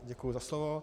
Děkuji za slovo.